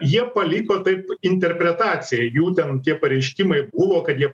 jie paliko taip interpretacijai jų ten tie pareiškimai buvo kad jie